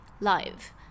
live